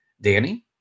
Danny